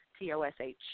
t-o-s-h